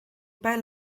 pijl